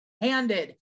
handed